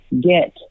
get